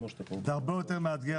זה הרבה יותר מאתגר,